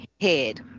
head